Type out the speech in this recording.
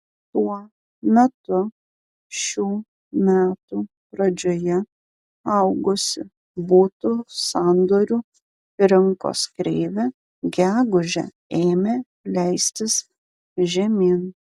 tuo metu šių metų pradžioje augusi butų sandorių rinkos kreivė gegužę ėmė leistis žemyn